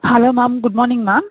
hello ma'am good morning ma'am